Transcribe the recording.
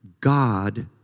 God